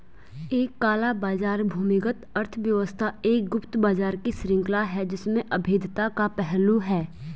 एक काला बाजार भूमिगत अर्थव्यवस्था एक गुप्त बाजार की श्रृंखला है जिसमें अवैधता का पहलू है